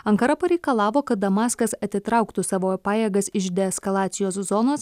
ankara pareikalavo kad damaskas atitrauktų savo pajėgas iš deeskalacijos zonos